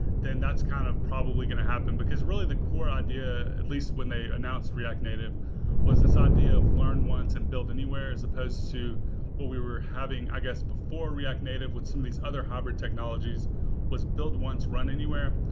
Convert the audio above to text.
then that's kind of probably going to happen. really, the core idea at least when they announced react native was this idea of learn once and build anywhere as supposed to what we we're having, i guess before react native, with some of these other hybrid technologies was build once, run anywhere.